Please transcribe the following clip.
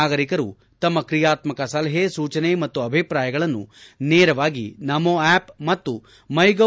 ನಾಗರಿಕರು ತಮ್ಮ ಕ್ರಿಯಾತ್ಸಕ ಸಲಹೆ ಸೂಚನೆ ಮತ್ತು ಅಭಿಪ್ರಾಯಗಳನ್ನು ನೇರವಾಗಿ ನಮೋ ಆಪ್ ಮತ್ತು ಮೈಗೌ